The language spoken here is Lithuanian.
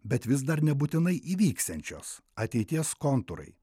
bet vis dar nebūtinai įvyksiančios ateities kontūrai